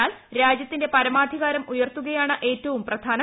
എന്നാൽ രാജ്യത്തിന്റെ പരമാധികാരം ഉയർത്തുകയാണ് ഏറ്റവും പ്രധാനം